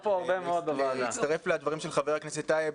אני מצטרף לדברים של חבר הכנסת טייב,